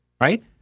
right